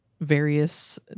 various